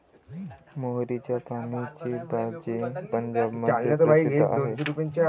मोहरीच्या पानाची भाजी पंजाबमध्ये प्रसिद्ध आहे